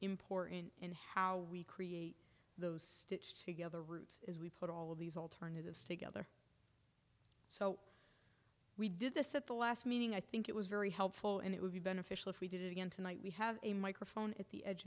important and how we create those stitched together routes as we put all of these alternatives together so we did this at the last meeting i think it was very helpful and it would be beneficial if we did it again tonight we have a microphone at the edge